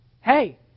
Hey